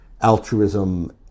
altruism